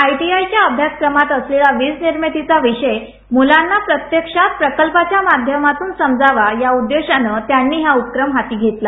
ITI च्या अभ्यासक्रमात असलेला वीज निर्मितीचा विषय मुलांना प्रत्यक्षात प्रकल्पाच्या माध्यमातून समजावा या उद्देशानं त्यांनी हा पक्रम हाती घेतला